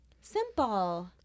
Simple